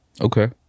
Okay